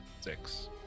six